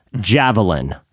javelin